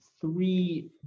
three